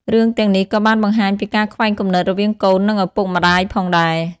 រឿងទាំងនេះក៏បានបង្ហាញពីការខ្វែងគំនិតរវាងកូននិងឪពុកម្តាយផងដែរ។